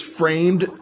framed